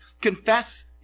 confess